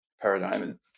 paradigm